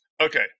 Okay